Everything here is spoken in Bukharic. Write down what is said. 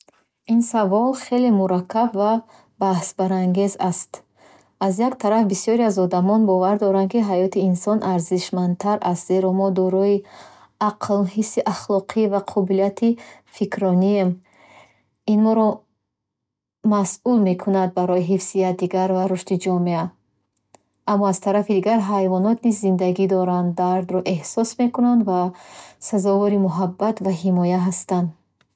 Ин савол хеле мураккаб ва баҳсбарангез аст. Аз як тараф, бисёре аз одамон бовар доранд, ки ҳаёти инсон арзишмандтар аст, зеро мо дорои ақл, ҳисси ахлоқӣ ва қобилияти фикрронием. Ин моро масъул мекунад барои ҳифзи якдигар ва рушди ҷомеа. Аммо аз тарафи дигар, ҳайвонот низ зиндагӣ доранд, дардро эҳсос мекунанд ва сазовори муҳаббат ва ҳимоя ҳастанд.